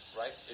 right